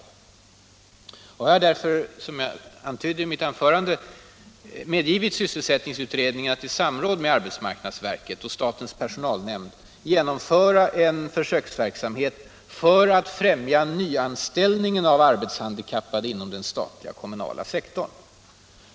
Som jag antydde i mitt tidigare anförande har jag därför medgivit sysselsättningsutredningen att i samråd med arbetsmarknadsverket och statens personalnämnd genomföra en försöksverksamhet för att främja nyanställningen av arbetshandikappade inom den statliga och kommunala sektorn.